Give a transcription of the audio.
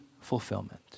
fulfillment